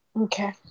Okay